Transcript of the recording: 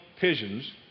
pigeons